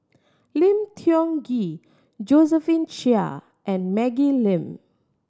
Lim Tiong Ghee Josephine Chia and Maggie Lim